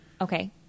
Okay